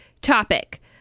topic